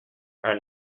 are